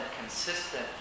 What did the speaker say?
consistent